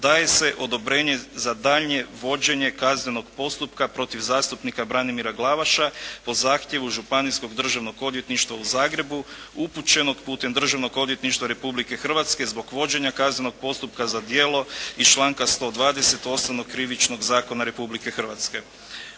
daje se odobrenje za daljnje vođenje kaznenog postupka protiv zastupnika Branimira Glavaša po zahtjevu Županijskog državnog odvjetništva u Zagrebu upućenog putem Državnog odvjetništva Republike Hrvatske zbog vođenja kaznenog postupka za djelo iz članka 120. Osnovnog krivičnog zakona Republike Hrvatske."